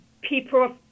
people